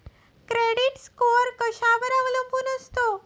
Credit score कशावर अवलंबून असतो?